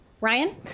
Ryan